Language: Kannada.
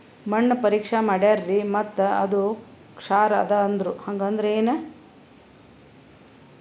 ಮಣ್ಣ ಪರೀಕ್ಷಾ ಮಾಡ್ಯಾರ್ರಿ ಮತ್ತ ಅದು ಕ್ಷಾರ ಅದ ಅಂದ್ರು, ಹಂಗದ್ರ ಏನು?